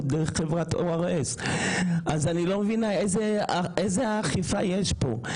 דרך חברת ORS. אני לא מבינה איזה אכיפה יש פה?